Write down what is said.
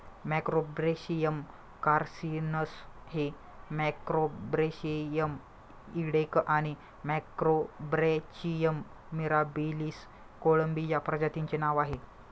Macrobrachium carcinus हे Macrobrachium इडेक आणि मॅक्रोब्रॅचियम मिराबिलिस कोळंबी या प्रजातींचे नाव आहे